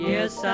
Yes